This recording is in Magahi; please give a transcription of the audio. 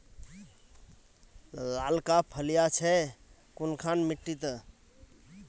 लालका फलिया छै कुनखान मिट्टी त?